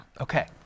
Okay